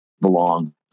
belong